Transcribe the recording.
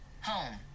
Home